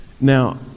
Now